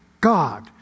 God